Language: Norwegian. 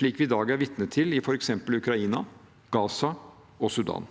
slik vi i dag er vitne til i f.eks. Ukraina, Gaza og Sudan.